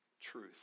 truth